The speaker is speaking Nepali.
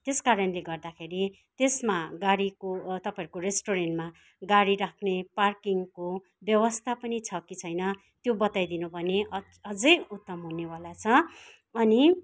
त्यस कारणले गर्दाखेरि त्यसमा गाडीको तपाईँहरूको रेस्ट्रुरेन्टमा गाडी राख्ने पार्किङको व्यवस्था पनि छ कि छैन त्यो बताइ दिनुभने अझै उत्तम हुनेवाला छ अनि